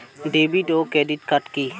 David ও credit card কি?